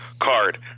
card